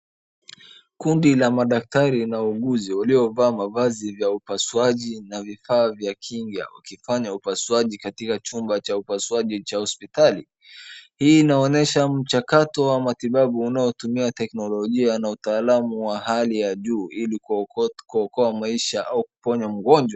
Kundi la madaktari na wauguzi waliovaa mavazi vya upasuaji na vifaa vya kinga wakifanya upasuaji katika chumba cha upasuaji cha hospitali. Hii inaonesha mchakato wa matibabu unaotumia teknolojia na utaalamu wa hali ya juu ili kuokoa maisha au kuponya mgonjwa.